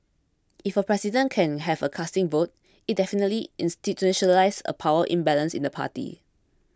if a president can have a casting vote it definitely institutionalises a power imbalance in the party